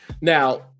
Now